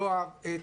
יואב,